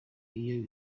iyo